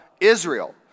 Israel